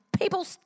people